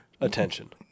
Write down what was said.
attention